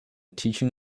teaching